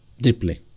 deeply